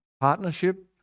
partnership